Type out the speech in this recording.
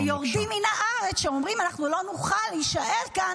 -- היורדים מן הארץ שאומרים: אנחנו לא נוכל להישאר כאן,